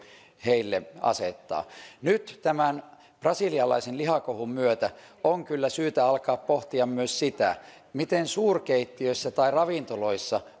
asettaa nyt tämän brasilialaisen lihakohun myötä on kyllä syytä alkaa pohtia myös sitä miten suurkeittiöissä tai ravintoloissa